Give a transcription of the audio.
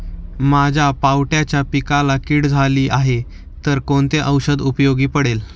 माझ्या पावट्याच्या पिकाला कीड झाली आहे तर कोणते औषध उपयोगी पडेल?